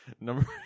number